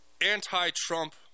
anti-Trump